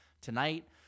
tonight